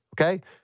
Okay